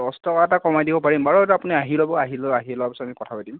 দহ টকা এটা কমাই দিব পাৰিম বাৰু আপুনি এইটো আহি ল'ব আহি লোৱাৰ পিছত আমি কথা পাতিম